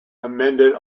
amended